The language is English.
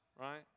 right